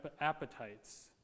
appetites